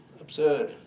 absurd